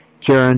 Karen